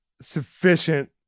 sufficient